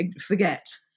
forget